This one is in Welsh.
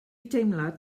deimlad